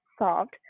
solved